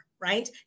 right